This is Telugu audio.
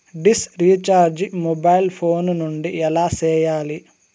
డిష్ రీచార్జి మొబైల్ ఫోను నుండి ఎలా సేయాలి